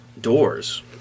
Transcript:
Doors